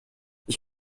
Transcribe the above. ich